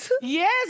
Yes